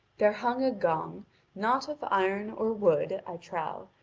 there hung a gong not of iron or wood, i trow,